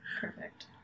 Perfect